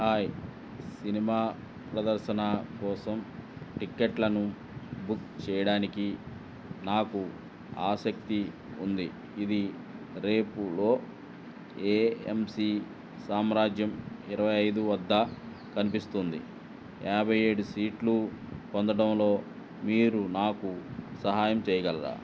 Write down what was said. hi cinema ప్రదర్శన కోసం టిక్కెట్లను బుక్ చేయడానికి నాకు ఆసక్తి ఉంది ఇది రేపులో ఏ యమ్ సీ సామ్రాజ్యం ఇరవై ఐదు వద్ద కనిపిస్తుంది యాభై ఏడు సీట్లు పొందడంలో మీరు నాకు సహాయం చేయగలరా